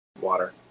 Water